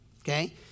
Okay